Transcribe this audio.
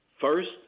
First